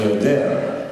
אני יודע.